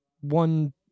one